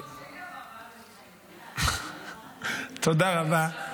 החוק שלי עבר, ואז --- תודה רבה.